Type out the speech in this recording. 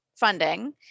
Funding